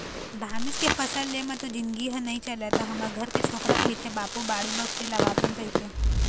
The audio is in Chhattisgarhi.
धानेच के फसल ले म तो जिनगी ह नइ चलय त हमर घर के छोकरा कहिथे बाबू बाड़ी बखरी लगातेन कहिके